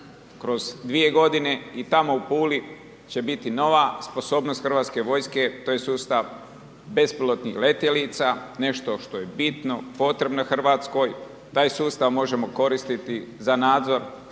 kroz dvije godine i tamo u Puli će biti nova sposobnost hrvatske vojske, to je sustav bespilotnih letjelica, nešto što je bitno, potrebno RH. Taj sustav možemo koristiti za nadzor